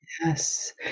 Yes